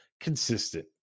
consistent